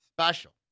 special